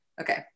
Okay